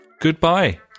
goodbye